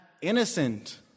innocent